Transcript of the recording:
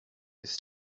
his